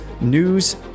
news